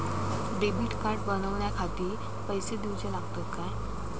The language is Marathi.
डेबिट कार्ड बनवण्याखाती पैसे दिऊचे लागतात काय?